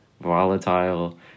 volatile